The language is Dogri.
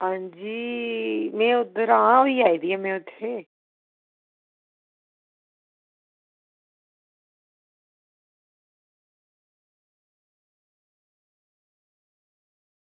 अंजी में उद्धर आं आं में होई आई दी उत्थां